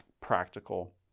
practical